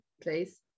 please